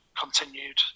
continued